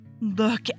look